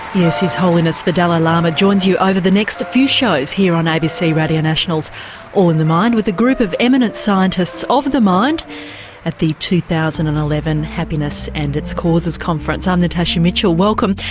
yes, his holiness the dalai lama joins you over the next few shows here on abc radio national's all in the mind, with a group of eminent scientists of the mind at the two thousand and eleven happiness and its causes conference. i'm natasha mitchell, welcome.